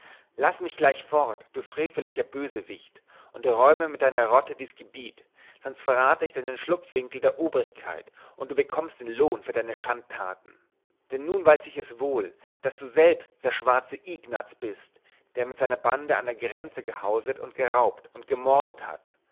laß mich gleich fort du frevelicher bösewicht und räume mit deiner rotte dies gebiet sonst verrate ich deine schlupfwinkel der obrigkeit und du bekommst den lohn für deine schandtaten denn nun weiß ich es wohl daß du selbst der schwarze ignaz bist der mit seiner bande an der grenze gehauset und geraubt und gemordet hat